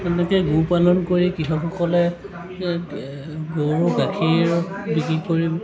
তেওঁলোকে গো পালন কৰি কৃষকসকলে গৰুৰ গাখীৰ বিক্ৰী কৰি